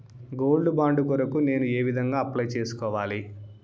Gold bond కొరకు నేను ఏ విధంగా అప్లై సేసుకోవాలి?